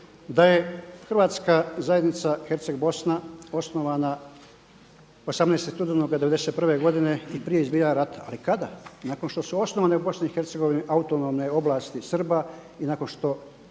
da je Hrvatska zajednica Herceg Bosna osnovana 18. studenoga 1991. godine i prije izbijanja rata. Ali kada? Nakon što su osnovane u Bosni i Hercegovini autonomne ovlasti Srba i nakon što